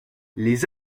les